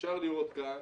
אפשר לראות כאן